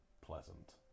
pleasant